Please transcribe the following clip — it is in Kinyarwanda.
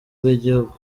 bw’igihugu